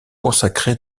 consacrée